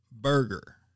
burger